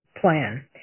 plan